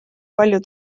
palju